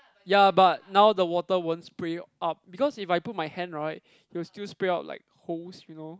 ya but now the water won't spray up because if I put my hand right it will still spray out like hose you know